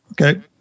Okay